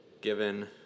given